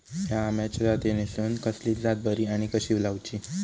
हया आम्याच्या जातीनिसून कसली जात बरी आनी कशी लाऊची?